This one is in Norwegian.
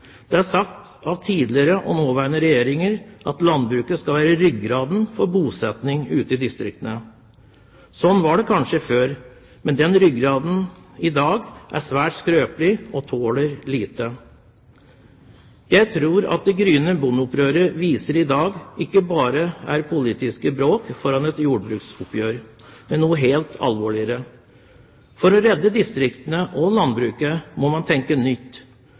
Det er sagt av nåværende og tidligere regjeringer at landbruket skal være ryggraden i bosetningen ute i distriktene. Slik var det kanskje før, men den ryggraden er i dag svært skrøpelig og tåler lite. Jeg tror at det gryende bondeopprøret vi ser i dag, ikke bare er politisk bråk foran et jordbruksoppgjør, men noe mer alvorlig. For å redde distriktene og landbruket må man tenke nytt.